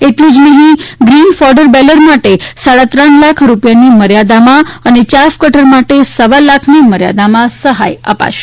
એટલું જ નહિ ગ્રીન ફોડર બેલર માટે સાડા ત્રણ લાખ રૂપિયાની મર્યાદામાં અને ચાફકટર માટે સવા લાખની મર્યાદામાં સહાય અપાશે